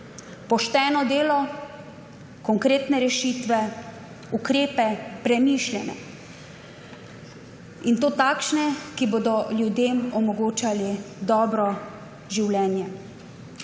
pošteno delo, konkretne rešitve, ukrepe, premišljanje, in to takšne, ki bodo ljudem omogočali dobro življenje.